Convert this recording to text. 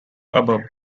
above